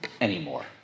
anymore